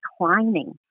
declining